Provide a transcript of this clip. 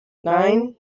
nein